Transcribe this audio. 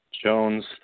Jones